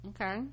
Okay